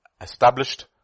Established